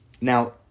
Now